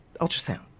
ultrasound